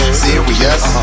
serious